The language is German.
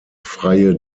freie